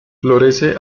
florece